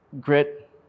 Grit